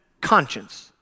conscience